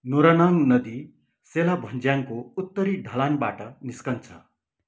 नुरानाङ नदी सेला भन्ज्याङको उत्तरी ढलानबाट निस्कन्छ